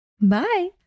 Bye